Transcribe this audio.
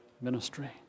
ministry